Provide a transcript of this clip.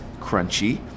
crunchy